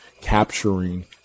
capturing